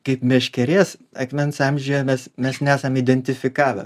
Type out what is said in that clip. kaip meškerės akmens amžiuje mes mes nesam identifikavę